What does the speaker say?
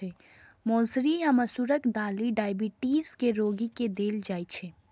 मौसरी या मसूरक दालि डाइबिटीज के रोगी के देल जाइ छै